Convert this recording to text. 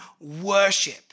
worship